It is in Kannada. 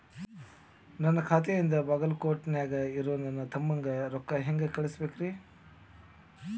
ನನ್ನ ಖಾತೆಯಿಂದ ಬಾಗಲ್ಕೋಟ್ ನ್ಯಾಗ್ ಇರೋ ನನ್ನ ತಮ್ಮಗ ರೊಕ್ಕ ಹೆಂಗ್ ಕಳಸಬೇಕ್ರಿ?